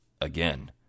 Again